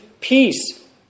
peace